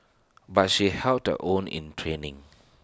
but she held her own in training